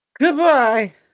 Goodbye